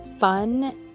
fun